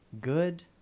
Good